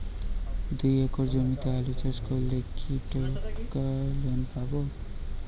দুই একর জমিতে আলু চাষ করলে কি টাকা লোন পাবো?